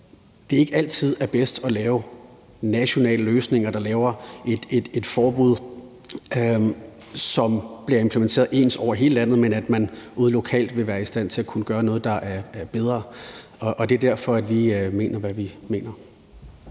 at det ikke altid er bedst at lave nationale løsninger i form af et forbud, som bliver implementeret ens over hele landet, for man vil ude lokalt være i stand til at kunne gøre noget, der er bedre. Det er derfor vi mener, hvad vi mener.